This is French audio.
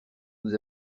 nous